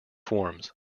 forms